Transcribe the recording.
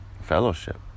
fellowship